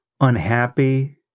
unhappy